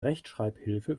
rechtschreibhilfe